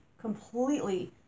completely